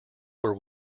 were